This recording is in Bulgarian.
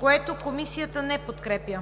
което Комисията не подкрепя.